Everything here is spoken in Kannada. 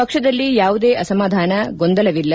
ಪಕ್ಷದಲ್ಲಿ ಯಾವುದೇ ಅಸಮಾಧಾನ ಗೊಂದಲವಿಲ್ಲ